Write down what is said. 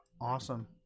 Awesome